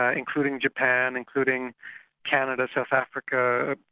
ah including japan, including canada, south africa,